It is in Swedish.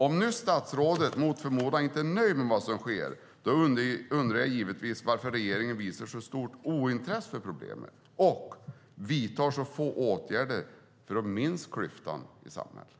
Om nu statsrådet mot förmodan inte är nöjd med vad som sker undrar jag givetvis varför regeringen visar så stort ointresse för problemet och vidtar så få åtgärder för att minska klyftan i samhället.